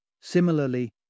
Similarly